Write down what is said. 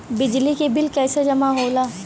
बिजली के बिल कैसे जमा होला?